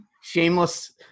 shameless